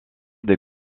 des